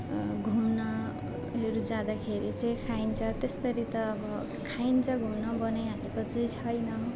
घुम्नहरू जाँदाखेरि चाहिँ खाइन्छ त्यस्तरी त अब खाइन्छ घुम्न बनाई हालेको त छैन हो